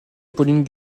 pauline